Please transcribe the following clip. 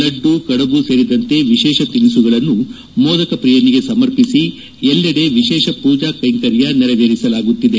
ಲಡ್ಲು ಕಡಬು ಸೇರಿದಂತೆ ವಿಶೇಷ ತಿನಿಸುಗಳನ್ನು ಮೋದಕ ಪ್ರಿಯನಿಗೆ ಸಮರ್ಪಿಸಿ ಎಲ್ಲೆಡೆ ವಿಶೇಷ ಪೂಜಾ ಕೈಂಕರ್ಯ ನೆರವೇರಿಸಲಾಗುತ್ತಿದೆ